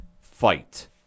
fight